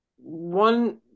one